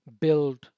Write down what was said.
build